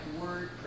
word